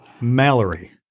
Mallory